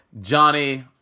Johnny